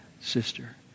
sister